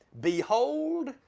Behold